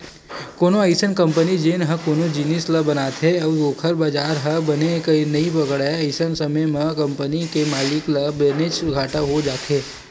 कोनो अइसन कंपनी जेन ह कोनो जिनिस ल बनाथे अउ ओखर बजार ह बने नइ पकड़य अइसन समे म कंपनी के मालिक ल बनेच घाटा हो जाथे